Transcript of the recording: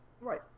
Right